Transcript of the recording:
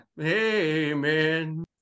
amen